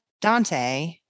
Dante